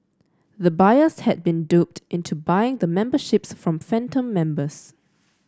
the buyers had been duped into buying the memberships from phantom members